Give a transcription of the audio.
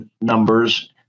numbers